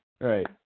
right